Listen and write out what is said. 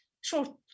short